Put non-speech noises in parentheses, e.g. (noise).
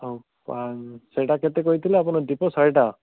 ହଁ (unintelligible) ସେଇଟା କେତେ କହିଥିଲେ ଆପଣ ଦୀପ ଶହେଟା